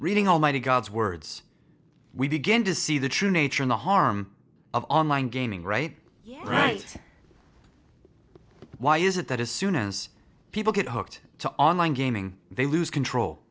reading almighty god's words we begin to see the true nature of the harm of online gaming right yeah right why is it that as soon as people get hooked to online gaming they lose control